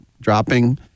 dropping